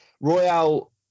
Royale